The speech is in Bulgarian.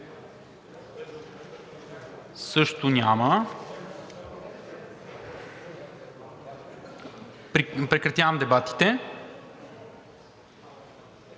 Също няма. Прекратявам дебатите.